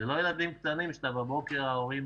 אלה לא ילדים קטנים שבבוקר ההורים